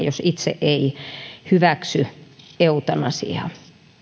jos itse ei hyväksy eutanasiaa